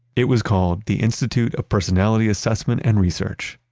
it was called the institute of personality assessment and research,